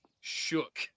shook